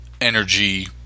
energy